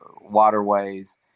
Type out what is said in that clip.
waterways